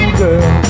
girl